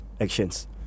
Actions